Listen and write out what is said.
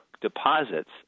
deposits